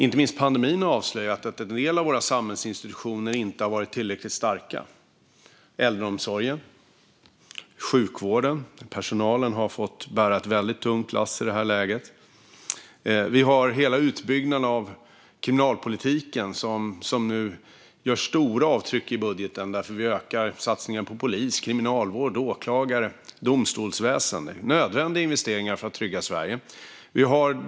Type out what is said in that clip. Inte minst har pandemin avslöjat att en del av våra samhällsinstitutioner inte varit tillräckligt starka. Inom äldreomsorgen och sjukvården har personalen fått dra ett väldigt tungt lass. Utbyggnaden av kriminalpolitiken gör nu stora avtryck i budgeten. Vi ökar satsningarna på polis, kriminalvård, åklagare och domstolsväsen. Det är nödvändiga investeringar för att trygga Sverige.